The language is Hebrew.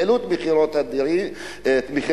העלו את מחירי הדירות,